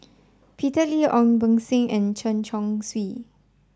Peter Lee Ong Beng Seng and Chen Chong Swee